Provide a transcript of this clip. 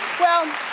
well,